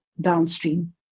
downstream